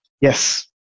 Yes